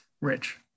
rich